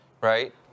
right